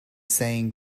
saying